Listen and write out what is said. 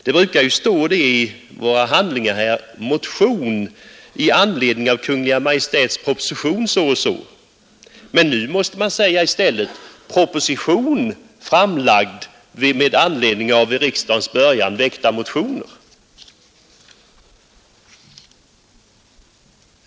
Det brukar ju stå i våra handlingar: ”motion i anledning av Kungl. Maj:ts proposition”, men nu måste man i stället säga: ”proposition framlagd med anledning av vid riksdagens början väckta motioner”.